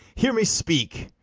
hear me speak.